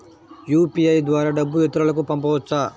UPI ద్వారా డబ్బు ఇతరులకు పంపవచ్చ?